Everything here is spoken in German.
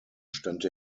stand